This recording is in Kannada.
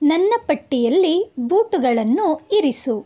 ನನ್ನ ಪಟ್ಟಿಯಲ್ಲಿ ಬೂಟುಗಳನ್ನು ಇರಿಸು